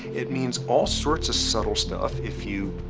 it means all sorts of subtle stuff if you.